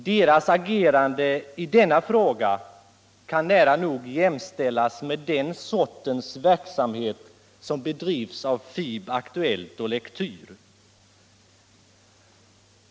Deras agerande i denna fråga kan nära nog jämställas med den sortens verksamhet som bedrivs av FiB-Aktuellt.